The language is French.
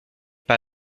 pas